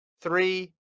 three